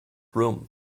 room